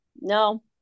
No